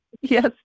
Yes